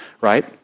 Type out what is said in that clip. right